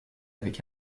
avec